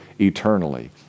eternally